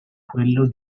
quello